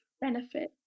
benefit